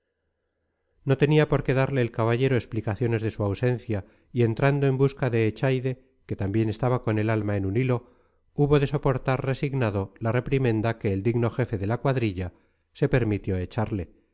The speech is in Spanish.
no tenía por qué darle el caballero explicaciones de su ausencia y entrando en busca de echaide que también estaba con el alma en un hilo hubo de soportar resignado la reprimenda que el digno jefe de la cuadrilla se permitió echarle